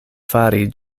fari